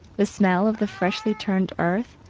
the smell of the freshly turned earth,